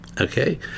okay